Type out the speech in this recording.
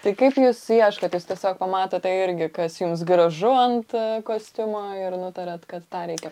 tai kaip jūs ieškot jūs tiesiog pamatote irgi kas jums gražu ant kostiumo ir nutariat kad tą reikia